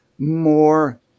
more